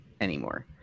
anymore